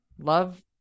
love